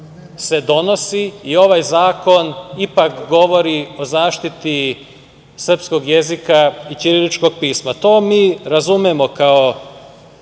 se donosi i ovaj zakon ipak govori o zaštiti srpskog jezika i ćiriličkog pisma. To mi razumemo kao